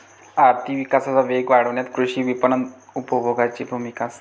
आर्थिक विकासाचा वेग वाढवण्यात कृषी विपणन उपभोगाची भूमिका असते